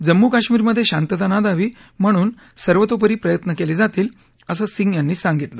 जम्मू काश्मिर मधे शांतता नांदावी म्हणून सर्वतोपरी प्रयत्न केले जातील असं सिंग यांनी सांगितलं